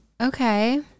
okay